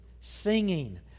singing